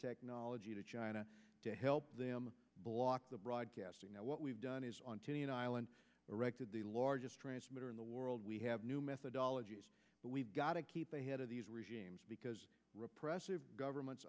technology to china to help them block the broadcasting that what we've done is on to an island directed the largest transmitter in the world we have new methodology but we've got to keep a head of these regimes because repressive governments